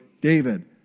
David